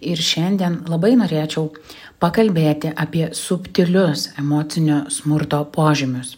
ir šiandien labai norėčiau pakalbėti apie subtilius emocinio smurto požymius